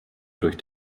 durch